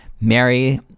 Mary